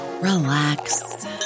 relax